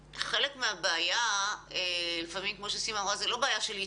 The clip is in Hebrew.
לפעמים כמו שסימה אמרה חלק מהבעיה היא לא בעיה של איתור.